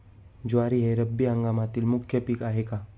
ज्वारी हे रब्बी हंगामातील मुख्य पीक आहे का?